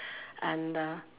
and uh